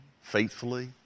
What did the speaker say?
faithfully